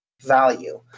value